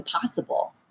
possible